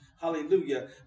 hallelujah